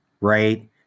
right